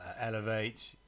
Elevate